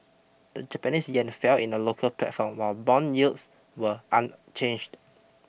the Japanese yen fell in the local platform while bond yields were unchanged